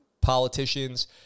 politicians